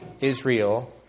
Israel